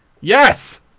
Yes